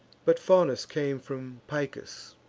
but faunus came from picus